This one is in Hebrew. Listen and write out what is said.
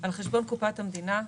על חשבון קופת המדינה.